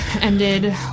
ended